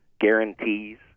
guarantees